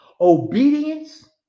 Obedience